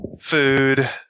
food